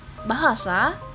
Bahasa